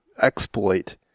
exploit